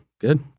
good